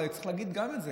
אבל צריך להגיד גם את זה,